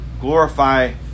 glorify